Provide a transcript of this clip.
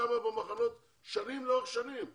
אתם מטפלים שם במחנות שנים על גבי שנים.